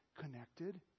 connected